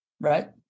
Right